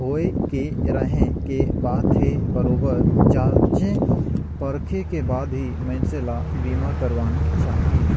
होय के रहें के बात हे बरोबर जॉचे परखे के बाद ही मइनसे ल बीमा करवाना चाहिये